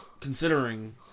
considering